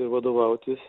ir vadovautis